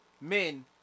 men